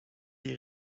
die